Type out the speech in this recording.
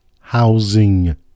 housing